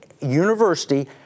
University